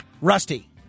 Rusty